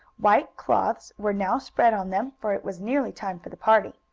white cloths were now spread on them, for it was nearly time for the party.